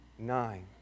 nine